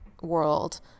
world